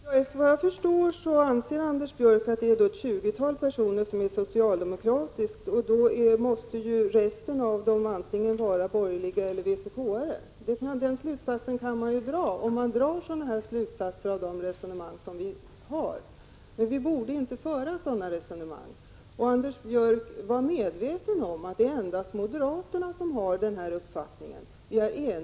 Fru talman! Såvitt jag förstår anser Anders Björck att det är ett tjugotal personer som är socialdemokrater. Då måste ju resten av dem antingen vara borgerliga politiker eller vpk-are. Den slutsatsen kan man ju dra av dessa resonemang. Men sådana resonemang borde vi inte föra. Anders Björck! Var medveten om att det endast är moderaterna som har denna uppfattning!